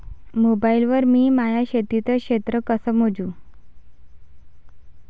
Mobile वर मी माया शेतीचं क्षेत्र कस मोजू?